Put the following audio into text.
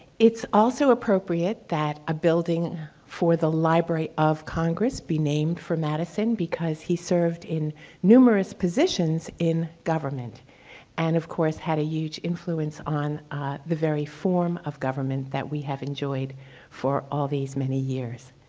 it's also appropriate that a building for the library of congress be named for madison because he served in numerous positions in government and of course had a huge influence on the very form of government that we have enjoyed for all these many years.